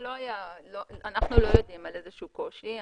אנחנו לא יודעים על איזשהו קושי.